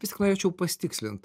vis tiek norėčiau pasitikslint